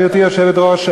גברתי היושבת-ראש,